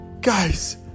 Guys